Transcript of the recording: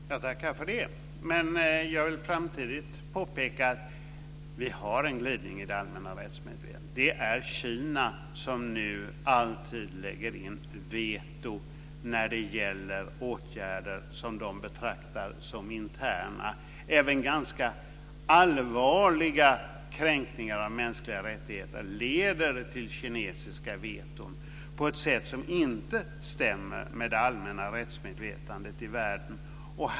Fru talman! Jag tackar för det. Men jag vill samtidigt påpeka att vi har en glidning i det allmänna rättsmedvetandet. Det är Kina som nu alltid lägger in veto när det gäller åtgärder som de betraktar som interna. Även ganska allvarliga kränkningar av mänskliga rättigheter leder till kinesiska veton på ett sätt som inte stämmer med det allmänna rättsmedvetandet i världen.